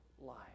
life